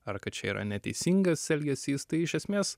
ar kad čia yra neteisingas elgesys tai iš esmės